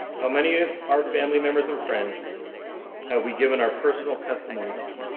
how many of our family members or friends have we given our personal testimony to?